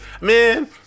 man